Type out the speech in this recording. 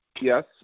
Yes